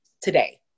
today